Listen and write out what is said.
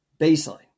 Baseline